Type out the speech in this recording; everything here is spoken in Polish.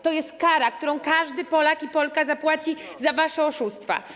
To jest kara, którą każdy Polak i Polka zapłaci za wasze oszustwa.